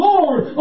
Lord